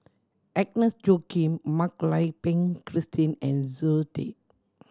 Agnes Joaquim Mak Lai Peng Christine and Zoe Tay